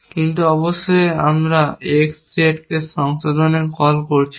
কিন্তু অবশ্যই আমরা X Z সংশোধনকে কল করছি না